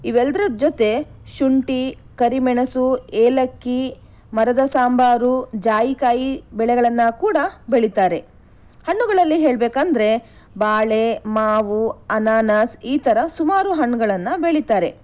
ಇವೆಲ್ಲದರ ಜೊತೆ ಶುಂಠಿ ಕರಿಮೆಣಸು ಏಲಕ್ಕಿ ಮರದ ಸಾಂಬಾರು ಜಾಯಿಕಾಯಿ ಬೆಳೆಗಳನ್ನು ಕೂಡ ಬೆಳೀತಾರೆ ಹಣ್ಣುಗಳಲ್ಲಿ ಹೇಳಬೇಕೆಂದರೆ ಬಾಳೆ ಮಾವು ಅನಾನಸ್ ಈ ಥರ ಸುಮಾರು ಹಣ್ಣುಗಳನ್ನು ಬೆಳೀತಾರೆ